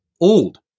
old